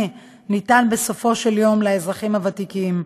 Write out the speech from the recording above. ניתן בסופו של דבר לאזרחים הוותיקים.